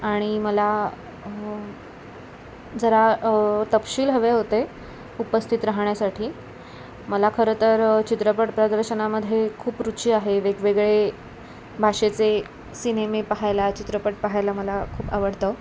आणि मला जरा तपशील हवे होते उपस्थित राहण्यासाठी मला खरं तर चित्रपट प्रदर्शनामध्ये खूप रुची आहे वेगवेगळे भाषेचे सिनेमे पाहायला चित्रपट पाहायला मला खूप आवडतं